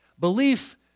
Belief